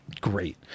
Great